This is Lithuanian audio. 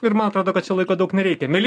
ir man atrodo kad čia laiko daug nereikia mieli